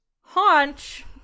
haunch